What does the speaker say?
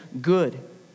good